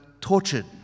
tortured